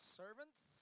servants